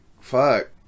fuck